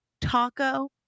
taco